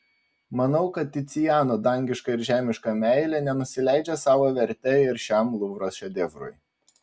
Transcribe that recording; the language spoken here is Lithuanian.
manau kad ticiano dangiška ir žemiška meilė nenusileidžia savo verte šiam luvro šedevrui